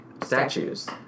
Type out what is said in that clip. statues